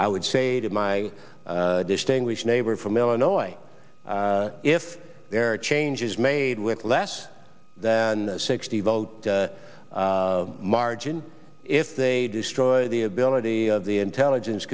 i would say to my distinguished neighbor from illinois if there are changes made with less than sixty vote margin if they destroy the ability of the intelligence